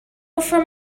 from